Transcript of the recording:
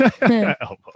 Elbow